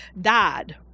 died